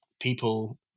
people